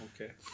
okay